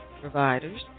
providers